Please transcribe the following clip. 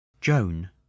Joan